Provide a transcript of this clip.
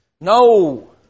no